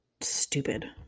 stupid